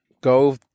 Go